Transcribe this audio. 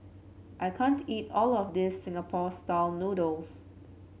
I can't eat all of this Singapore style noodles